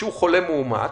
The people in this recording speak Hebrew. שהוא חולה מאומת,